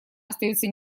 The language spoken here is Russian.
остается